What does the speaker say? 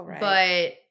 but-